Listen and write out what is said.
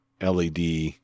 LED